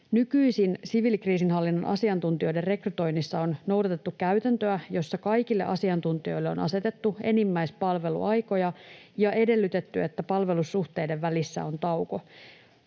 Nykyisin siviilikriisinhallinnan asiantuntijoiden rekrytoinnissa on noudatettu käytäntöä, jossa kaikille asiantuntijoille on asetettu enimmäispalveluaikoja ja edellytetty, että palvelussuhteiden välissä on tauko.